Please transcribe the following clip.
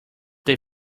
they